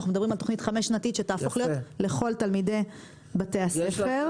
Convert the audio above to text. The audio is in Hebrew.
אנחנו מדברים על תוכנית חמש-שנתית שתהפוך להיות לכל תלמידי בתי הספר.